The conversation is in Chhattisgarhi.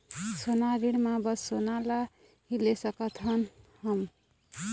सोना ऋण मा बस सोना ला ही ले सकत हन हम?